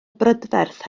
brydferth